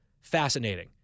Fascinating